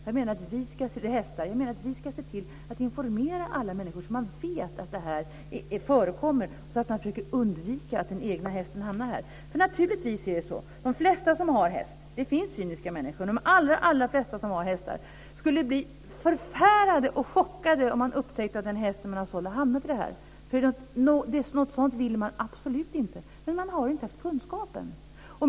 Jag menar att vi ska se till att informera alla människor så att man vet att det här förekommer, så att man försöker undvika att den egna hästen hamnar där. Det finns cyniska människor, men de allra flesta som har hästar skulle bli förfärade och chockade om man upptäckte att den häst man har sålt har hamnat i det här. Något sådant vill man absolut inte. Men man har inte haft kunskapen.